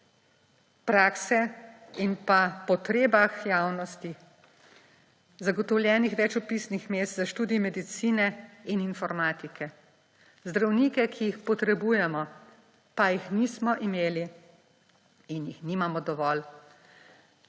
prakse in pa potrebah javnosti zagotovljenih več vpisnih mest za študij medicine in informatike, za zdravnike, ki jih potrebujemo, pa jih nismo imeli in jih nimamo dovolj.